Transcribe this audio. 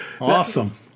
Awesome